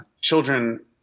children